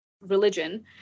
religion